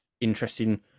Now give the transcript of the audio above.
interesting